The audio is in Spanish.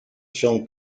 son